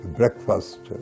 breakfast